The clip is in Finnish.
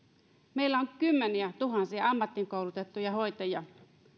meillä on kymmeniätuhansia ammattiin koulutettuja hoitajia